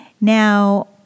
Now